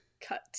cut